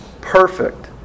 Perfect